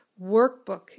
workbook